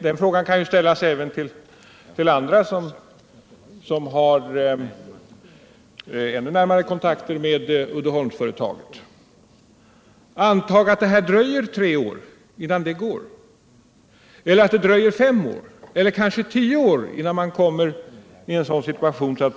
Men antag att det dröjer tre år innan så blir fallet, eller att det dröjer fem eller tio år innan företaget kommer i en sådan situation att man kan börja betala räntor och amorteringar. Man kan teoretiskt föreställa sig detta.